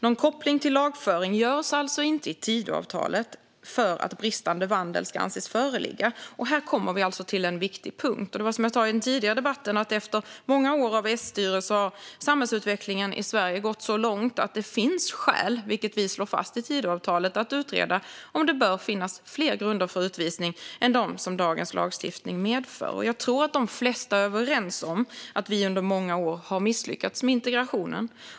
I Tidöavtalet görs alltså inte någon koppling till lagföring för att bristande vandel ska anses föreligga, och här kommer vi till en viktig punkt. Som jag sa tidigare: Efter många år av S-styre har samhällsutvecklingen i Sverige gått så långt att det finns skäl, vilket vi slår fast i Tidöavtalet, att utreda om det bör finnas fler grunder för utvisning än dem som dagens lagstiftning medför. Jag tror att de flesta är överens om att vi under många år har misslyckats med integrationen.